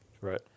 Right